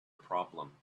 problem